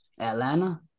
Atlanta